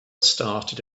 started